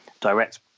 direct